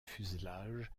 fuselage